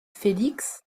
félix